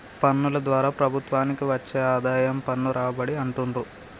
పన్నుల ద్వారా ప్రభుత్వానికి వచ్చే ఆదాయం పన్ను రాబడి అంటుండ్రు